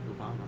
Obama